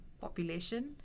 population